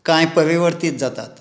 कांय परिवर्तीत जातात